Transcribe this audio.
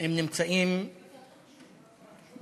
הם נמצאים בבית-חולים,